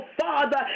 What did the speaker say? Father